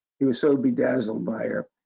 he was so bedazzled by her,